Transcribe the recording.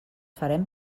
farem